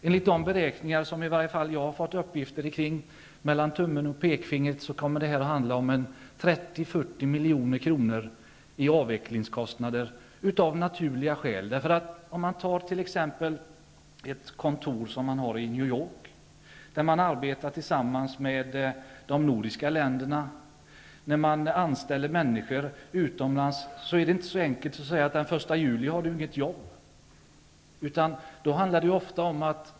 Enligt de beräkningar som jag har fått kommer det att röra sig om 30--40 milj.kr. i avvecklingskostnader, av naturliga skäl. Vi kan ta ett kontor i New York som exempel. Man arbetar där tillsammans med de nordiska länderna. När man anställer folk utomlands är det inte så lätt att säga att de inte har något jobb efter den 1 juli.